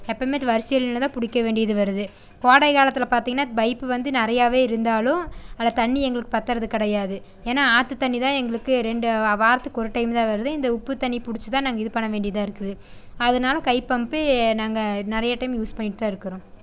எப்போமேட்டு வரிசையில் நின்று தான் பிடிக்க வேண்டியது வருது கோடைகாலத்தில் பார்த்தீங்கன்னா பைப்பு வந்து நிறையாவே இருந்தாலும் அதில் தண்ணி எங்களுக்கு பத்தறது கிடையாது ஏன்னா ஆற்று தண்ணி தான் எங்களுக்கு ரெண்டு வா வாரத்துக்கு ஒரு டைம்மில் வருது இந்த உப்பு தண்ணி பிடிச்சி தான் நாங்கள் இது பண்ண வேண்டியதாக இருக்குது அதனால கை பம்ப்பு நாங்கள் நிறைய டைம் யூஸ் பண்ணிட்டு தான் இருக்கிறோம்